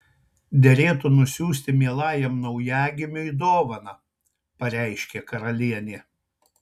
derėtų nusiųsti mielajam naujagimiui dovaną pareiškė karalienė